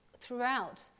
throughout